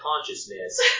consciousness